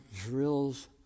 drills